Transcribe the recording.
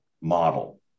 model